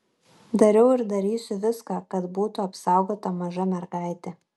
dariau ir darysiu viską kad būtų apsaugota maža mergaitė